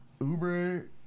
Uber